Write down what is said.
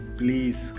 please